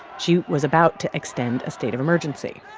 she was about to extend a state of emergency.